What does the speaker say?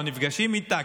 לא נפגשים איתה,